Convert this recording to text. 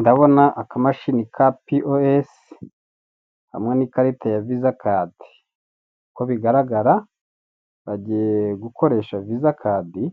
Ndabona akamashini ka POS hamwe n'ikarita ya visa cadi ko bigaragara bagiye gukoresha visa cadi